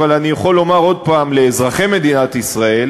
אבל אני יכול לומר עוד פעם לאזרחי מדינת ישראל